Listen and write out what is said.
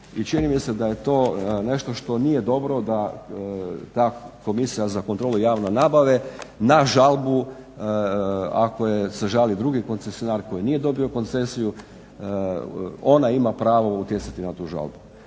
čini mi se da je to nešto što nije dobro da Komisija za kontrolu javne nabave na žalbu, ako se žali drugi koncesionar koji nije dobio koncesiju ona ima pravo utjecati na tu žalbu.